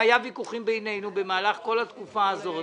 ויכוחים בינינו במהלך כל התקופה הזאת,